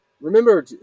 Remember